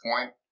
point